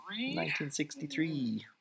1963